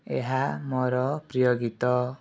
ଏହା ମୋର ପ୍ରିୟ ଗୀତ